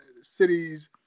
cities